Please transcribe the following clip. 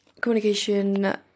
communication